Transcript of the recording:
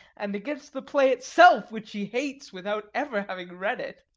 and against the play itself, which she hates without ever having read it.